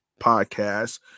podcast